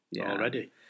already